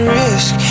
risk